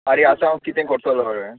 आरे आतां हांव कितें करतलो रे